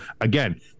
again